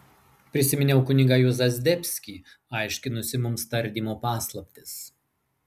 prisiminiau kunigą juozą zdebskį aiškinusį mums tardymo paslaptis